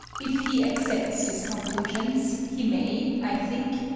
if he accepts these conclusions he may, i think,